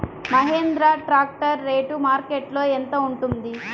Mahindra tractor rate మార్కెట్లో యెంత ఉంటుంది?